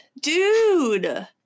dude